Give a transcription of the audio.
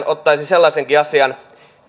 ottaisin sellaisenkin asian